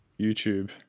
YouTube